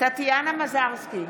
טטיאנה מזרסקי,